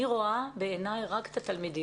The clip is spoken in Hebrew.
אני רואה בעיני רק את התלמידים.